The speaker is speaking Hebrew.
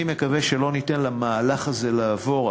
אני מקווה שלא ניתן למהלך הזה לעבור.